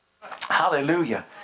Hallelujah